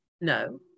No